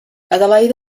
adelaida